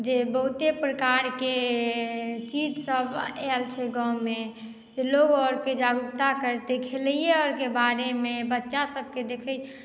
जे बहुते प्रकारकेँ चीजसभ आयल छै गाँवमे लोक आओरकेँ जागरूकता करतै खेलैयो आओरकेँ बारेमे बच्चासभकेँ देखैत